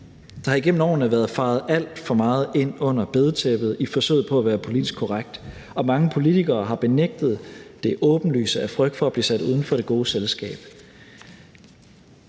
Der har igennem årene været fejet alt for meget ind under bedetæppet i forsøget på at være politisk korrekt, og mange politikere har benægtet det åbenlyse af frygt for at blive sat uden for det gode selskab.